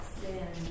sin